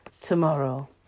tomorrow